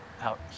out